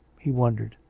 he wondered